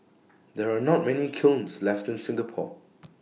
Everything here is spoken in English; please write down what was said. there are not many kilns left in Singapore